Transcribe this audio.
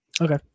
Okay